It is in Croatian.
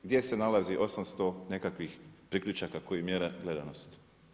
Gdje se nalazi 800 nekakvih priključaka koji mjere gledanost?